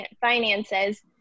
finances